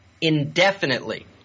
indefinitely